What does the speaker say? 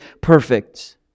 perfect